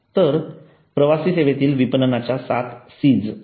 तर प्रवासी सेवेतील विपणनाच्या सात सी आहेत